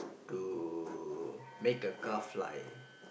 to make a car fly